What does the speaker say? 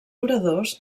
oradors